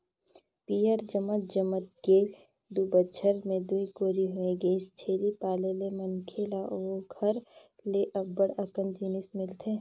पियंर जमत जमत के दू बच्छर में दूई कोरी होय गइसे, छेरी पाले ले मनखे ल ओखर ले अब्ब्ड़ अकन जिनिस मिलथे